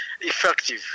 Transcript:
effective